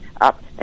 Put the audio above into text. up